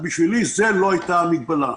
בשבילי זו לא הייתה המגבלה.